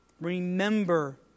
Remember